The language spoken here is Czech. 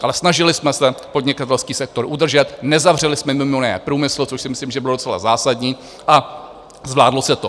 Ale snažili jsme se podnikatelský sektor udržet, nezavřeli jsme mimo jiné průmysl, což si myslím, že bylo docela zásadní, a zvládlo se to.